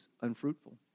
unfruitful